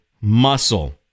muscle